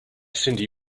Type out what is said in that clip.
cyndi